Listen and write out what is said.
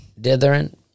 dithering